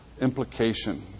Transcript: implication